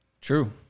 True